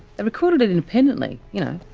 recorded it independently. you know,